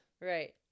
Right